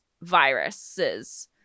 viruses